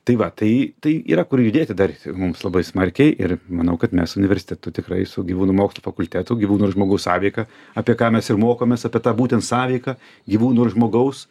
tai va tai tai yra kur judėti dar mums labai smarkiai ir manau kad mes universitetu tikrai su gyvūnų mokslų fakultetu gyvūno ir žmogaus sąveika apie ką mes ir mokomės apie tą būtent sąveiką gyvūno ir žmogaus